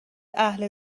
اهل